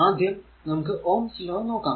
ആദ്യം നമുക്ക് Ohm's law ohm's law നോക്കാം